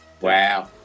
Wow